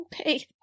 Okay